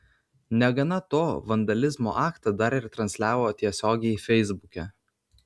negana to vandalizmo aktą dar ir transliavo tiesiogiai feisbuke